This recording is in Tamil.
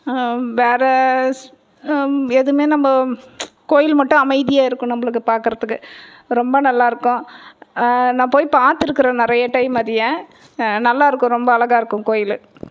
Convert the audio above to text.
வேற எதுவுமே நம்ம கோயில் மட்டும் அமைதியாக இருக்கும் நம்மளுக்கு பார்க்கறதுக்கு ரொம்ப நல்லாயிருக்கும் நான் போய் பார்த்துருக்குறேன் நிறைய டைம் அதை நல்லாயிருக்கும் ரொம்ப அழகாக இருக்கும் கோயில்